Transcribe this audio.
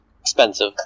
expensive